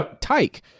tyke